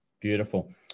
Beautiful